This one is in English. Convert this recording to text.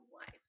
life